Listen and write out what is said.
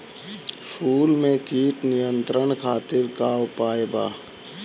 फूल में कीट नियंत्रण खातिर का उपाय बा?